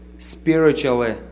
spiritually